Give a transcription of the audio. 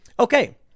Okay